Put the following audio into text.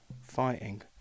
fighting